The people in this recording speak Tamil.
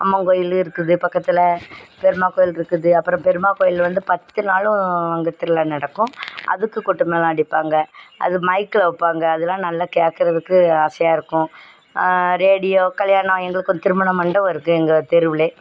அம்மன் கோயில் இருக்குது பக்கத்தில் பெருமாள்கோயில் இருக்குது அப்புறம் பெருமாள்கோயில் வந்து பத்து நாளும் அங்கே திருவிழா நடக்கும் அதுக்கு கொட்டு மேளம் அடிப்பாங்க அது மைக்கில் வைப்பாங்க அதெலாம் நல்லா கேட்கறதுக்கு ஆசையாக இருக்கும் ரேடியோ கல்யாணம் எங்களுக்கு ஒரு திருமணம் மண்டபம் இருக்கு எங்கள் தெருவில்